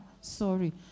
sorry